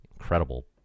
incredible